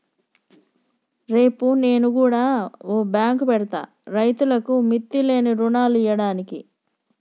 రేపు నేను గుడ ఓ బాంకు పెడ్తా, రైతులకు మిత్తిలేని రుణాలియ్యడానికి